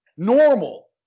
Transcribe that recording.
Normal